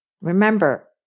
Remember